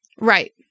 right